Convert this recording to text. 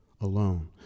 alone